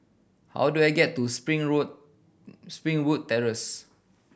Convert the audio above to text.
how do I get to Springwood Springwood Terrace